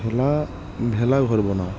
ভেলা ভেলা ঘৰ বনাওঁ